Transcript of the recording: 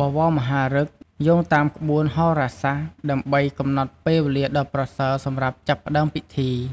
បវរមហាឫក្ស យោងតាមក្បួនហោរាសាស្ត្រ ដើម្បីកំណត់ពេលវេលាដ៏ប្រសើរសម្រាប់ចាប់ផ្តើមពិធី។